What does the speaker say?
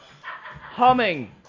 Humming